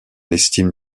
estime